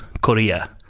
Korea